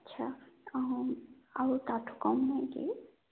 ଆଚ୍ଛା ଆଉ ଆଉ ତା'ଠୁ କମ୍ ନାହିଁ କି